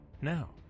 Now